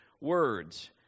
words